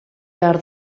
behar